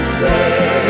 say